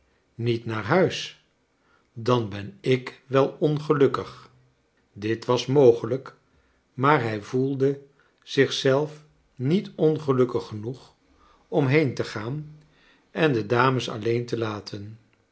niet naar huis dan ben ik wel ongelukkig dit was mogelijk maar hij voelde zich zelf niet ongelukkig genoeg om heen te gaan en de dames alleen te laten